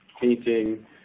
painting